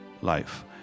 life